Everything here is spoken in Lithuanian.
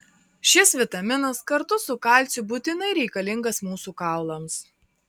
šis vitaminas kartu su kalciu būtinai reikalingas mūsų kaulams